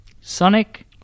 Sonic